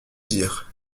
dire